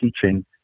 teaching